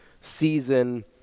season